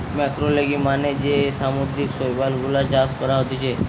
ম্যাক্রোলেগি মানে যে সামুদ্রিক শৈবাল গুলা চাষ করা হতিছে